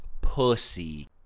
pussy